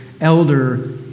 elder